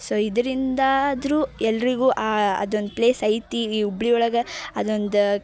so ಇದ್ರಿಂದಾದರೂ ಎಲ್ಲರಿಗೂ ಆ ಅದೊಂದು ಪ್ಲೇಸ್ ಐತಿ ಈ ಹುಬ್ಳಿಯೊಳಗ ಅದೊಂದು